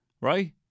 Right